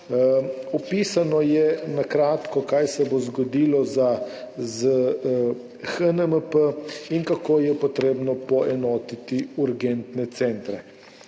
kratko je opisano, kaj se bo zgodilo s HNMP in kako je potrebno poenotiti urgentne centre.